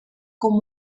como